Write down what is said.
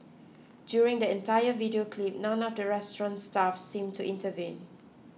during the entire video clip none of the restaurant's staff seem to intervene